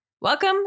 Welcome